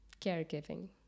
Caregiving